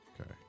okay